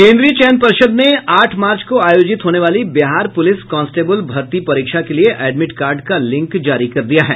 केन्द्रीय चयन पर्षद ने आठ मार्च को आयोजित होनेवाली बिहार पुलिस कांस्टेबल भर्ती परीक्षा के लिए एडमिट कार्ड का लिंक जारी कर दिया है